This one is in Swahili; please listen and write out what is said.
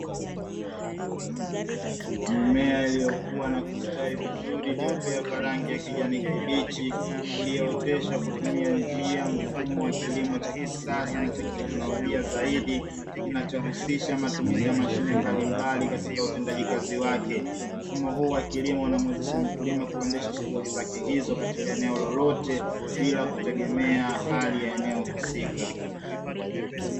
Mimea iliyokuwa na kustawi vizuri iliyopea kwa rangi ya kijani kibichi iliyooteshwa kutumia njia mfumo wa kilimo cha kisasa na cha kiteknolojia zaidi kinachohusisha matumizi ya mashine mbalimbali katika utendaji kazi wake. Mfumo huu wa kilimo unamuwezesha mkulima kuendesha shughuli zake hizo katika eneo lolote bila kutegemea hali ya eneo husika.